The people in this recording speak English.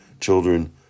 children